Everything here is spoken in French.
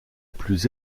plus